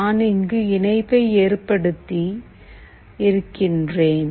நான் இங்கு இணைப்பை ஏற்படுத்தி இருக்கிறேன்